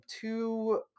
two